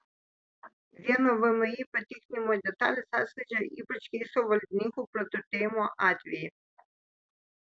vieno vmi patikrinimo detalės atskleidžia ypač keisto valdininkų praturtėjimo atvejį